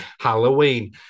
Halloween